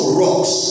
rocks